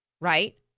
right